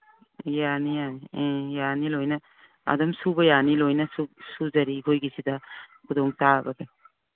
ꯌꯥꯅꯤ ꯌꯥꯅꯤ ꯎꯝ ꯌꯥꯅꯤ ꯂꯣꯏꯅ ꯑꯗꯨꯝ ꯁꯨꯕ ꯌꯥꯅꯤ ꯂꯣꯏꯅ ꯁꯨꯖꯔꯤ ꯑꯩꯈꯣꯏꯒꯤꯁꯤꯗ ꯈꯨꯗꯣꯡ ꯆꯥꯕ